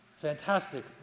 Fantastic